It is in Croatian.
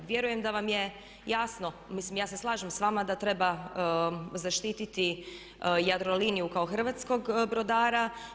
Vjerujem da vam je jasno, mislim ja se slažem sa vama da treba zaštititi Jadroliniju kao hrvatskog brodara.